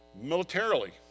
militarily